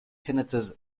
senators